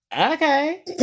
okay